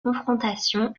confrontation